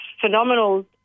phenomenal